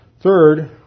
Third